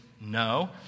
no